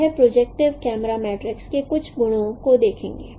हम projective camera matrix के कुछ गुणों को देखेंगे